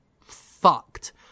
fucked